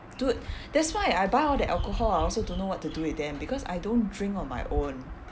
dude that's why I buy all the alcohol I also don't know what to do with them because I don't drink on my own